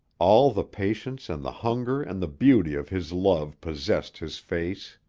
all the patience and the hunger and the beauty of his love possessed his face.